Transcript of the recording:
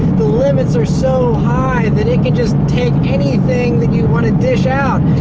the limits are so high that it could just take anything that you want to dish out.